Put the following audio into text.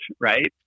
right